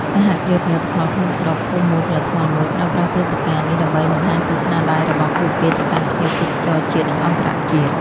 សហគ្រាសផលិតផលក្នុងស្រុក "ភូមិមួយផលិតផលមួយ" ប្រើប្រាស់ព្រឹត្តិការណ៍នេះដើម្បីបង្ហាញពីស្នាដៃរបស់ពួកគេទៅកាន់ភ្ញៀវទេសចរជាតិ និងអន្តរជាតិ។